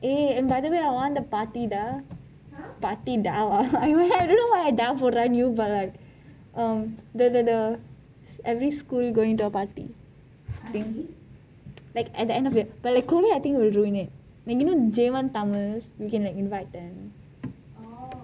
eh btw I want the party டா:da party டாவா:dava I dunno why I டா போடுறான்:da poduraan you but like um the the the every school going to a party like at the end of the but I think the covid will ruin it then